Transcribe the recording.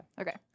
Okay